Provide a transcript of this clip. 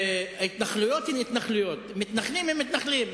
ההתנחלויות הן התנחלויות ומתנחלים הם מתנחלים.